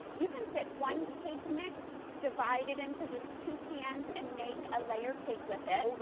you can fit one cake mix divided into two two pans and make a layer cake with it.